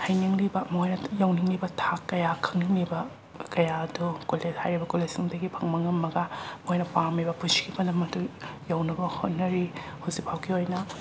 ꯍꯩꯅꯤꯡꯂꯤꯕ ꯃꯣꯏꯅ ꯌꯧꯅꯤꯡꯉꯤꯕ ꯊꯥꯛ ꯀꯌꯥ ꯈꯪꯅꯤꯡꯉꯤꯕ ꯀꯌꯥ ꯑꯗꯨ ꯀꯣꯂꯦꯖ ꯍꯥꯏꯔꯤꯕ ꯀꯣꯂꯦꯖꯁꯤꯡꯗꯒꯤ ꯐꯪꯕ ꯉꯝꯃꯒ ꯃꯣꯏꯅ ꯄꯥꯝꯃꯤꯕ ꯄꯨꯟꯁꯤꯒꯤ ꯄꯥꯟꯗꯝ ꯑꯗꯨ ꯌꯧꯅꯕ ꯍꯣꯠꯅꯔꯤ ꯍꯧꯖꯤꯛ ꯐꯥꯎꯒꯤ ꯑꯣꯏꯅ